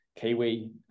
Kiwi